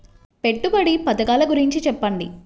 పెట్టుబడి పథకాల గురించి చెప్పండి?